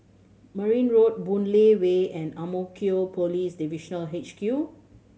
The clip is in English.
Merryn Road Boon Lay Way and Ang Mo Kio Police Divisional H Q